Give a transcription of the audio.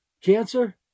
Cancer